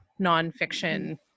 nonfiction